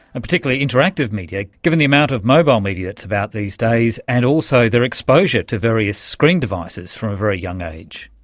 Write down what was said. and particularly interactive media, given the amount of mobile media that's about these days and also their exposure to various screen devices from a very young age?